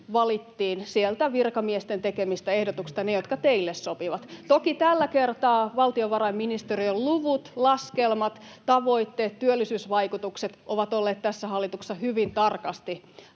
valittiin sieltä virkamiesten tekemistä ehdotuksista ne, jotka teille sopivat. [Jussi Saramo: No miksi?] Toki tällä kertaa valtiovarainministeriön luvut, laskelmat, tavoitteet, työllisyysvaikutukset ovat olleet tässä hallituksessa hyvin tarkasti